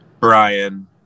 Brian